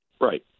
Right